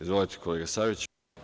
Izvolite kolega Saviću.